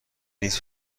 نیز